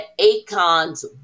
Akon's